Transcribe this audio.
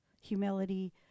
humility